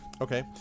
Okay